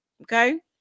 Okay